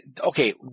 Okay